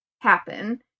happen